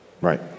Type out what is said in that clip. Right